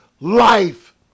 life